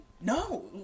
No